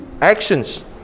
actions